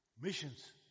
Missions